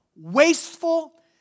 wasteful